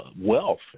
wealth